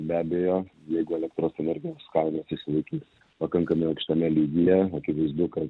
be abejo jeigu elektros energijos kainos išsilaikys pakankamai aukštame lygyje akivaizdu kad